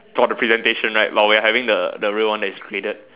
for the presentation right while we're having the real one that is graded